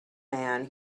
man